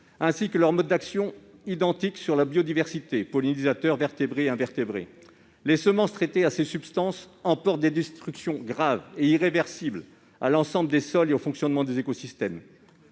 ainsi que leurs modes d'action identiques sur la biodiversité- pollinisateurs, vertébrés, invertébrés. Les semences traitées avec ces substances emportent des destructions graves et irréversibles pour l'ensemble des sols et le fonctionnement des écosystèmes.